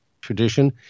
tradition